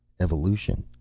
evolution.